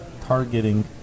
targeting